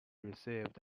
received